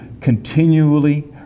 continually